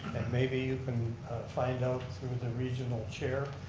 maybe you can find out through the regional chair,